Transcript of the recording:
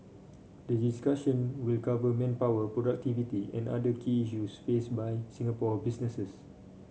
the discussion will cover manpower productivity and other key issues faced by Singapore businesses